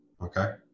okay